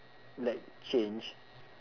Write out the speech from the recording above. like change